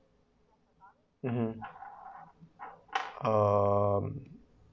mmhmm um